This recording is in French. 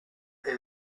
est